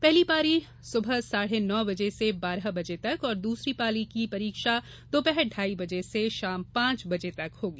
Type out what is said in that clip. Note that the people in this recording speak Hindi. पहली पारी सुबह साढे नौ बजे से बारह बजे तक और द्रसरी पाली की परीक्षा दोपहर ढाई बजे से शाम पांच बजे तक होगी